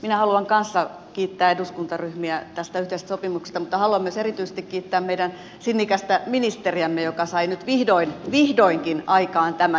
minä haluan kanssa kiittää eduskuntaryhmiä tästä yhteisestä sopimuksesta mutta haluan myös erityisesti kiittää meidän sinnikästä ministeriämme joka sai nyt vihdoinkin tämän aikaan